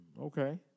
Okay